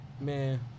Man